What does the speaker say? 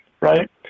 Right